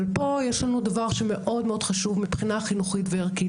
אבל פה יש לנו דבר שמאוד מאוד חשוב מבחינה חינוכית וערכית.